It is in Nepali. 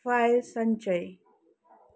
फाइल सञ्चय